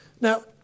Now